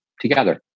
together